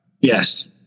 Yes